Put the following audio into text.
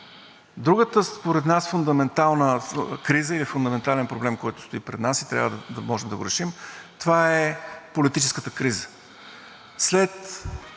другата според нас фундаментална криза и фундаментален проблем, който стои пред нас и трябва да можем да го решим, това е политическата криза.